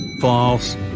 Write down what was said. False